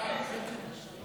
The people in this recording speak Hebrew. הכספים